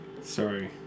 Sorry